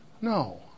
no